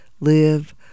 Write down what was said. live